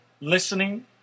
listening